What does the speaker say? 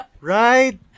Right